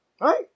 right